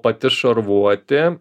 pati šarvuotė